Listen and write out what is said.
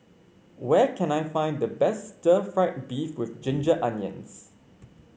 where can I find the best Stir Fried Beef with Ginger Onions